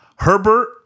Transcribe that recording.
Herbert